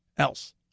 else